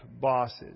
bosses